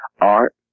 Art